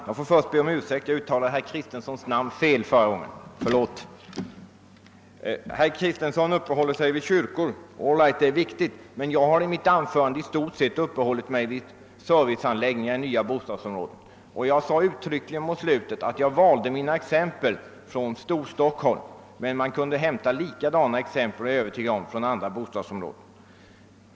Herr talman! Herr Kristenson uppehöll sig vid kyrkor, och det är en viktig sak, men jag talade i mitt anförande mest om serviceanläggningar i nya bostadsområden. Mot slutet framhöll jag uttryckligen att jag valde mina exempel från Storstockholm men underströk att jag var övertygad om att man kunde hämta liknande exempel från andra bostadsområden.